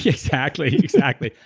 yeah exactly. exactly.